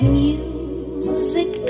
music